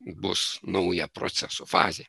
bus nauja proceso fazė